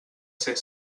ser